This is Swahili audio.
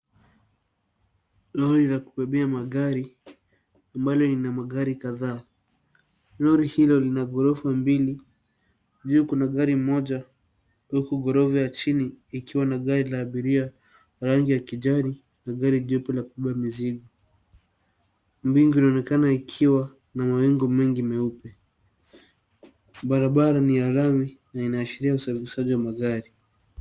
Lori la kubebea magari ambalo lina magari kadhaa. Lori hilo lina ghorofa mbili. Juu kuna gari moja huku ghorofa ya chini ikiwa na gari la abiria, la rangi ya kijani na gari jeupe la kubeba mizigo. Mbingu inaonekana ikiwa na mawingu mengi meupe. Barabara ni ya lami na inaashiria usafirihsaji wa magari.